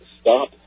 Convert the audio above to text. stop